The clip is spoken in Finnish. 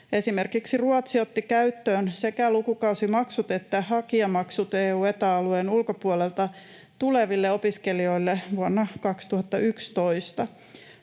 Esimerkiksi Ruotsi otti käyttöön sekä lukukausimaksut että hakijamaksut EU‑ ja Eta-alueen ulkopuolelta tuleville opiskelijoille vuonna 2011.